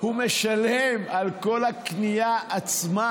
הוא משלם על כל הקנייה עצמה.